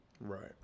right